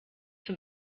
zum